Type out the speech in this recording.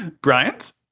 Bryant